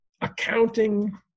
accounting